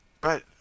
But